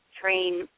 train